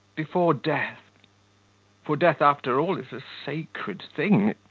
before death for death after all is a sacred thing,